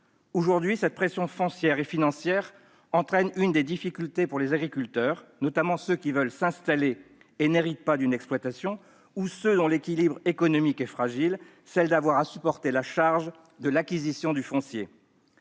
terres. Cette pression foncière et financière entraîne une difficulté particulière pour les agriculteurs, notamment ceux qui veulent s'installer et n'héritent pas d'une exploitation ou encore ceux dont l'équilibre économique est fragile : celle d'avoir à supporter la charge de l'acquisition du foncier.